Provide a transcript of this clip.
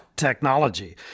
technology